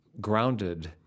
grounded